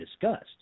discussed